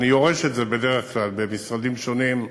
אני יורש את זה בדרך כלל במשרדים שונים,